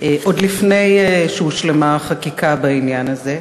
עוד לפני שהושלמה החקיקה בעניין הזה.